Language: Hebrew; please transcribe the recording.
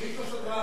תחליף את הסדרן.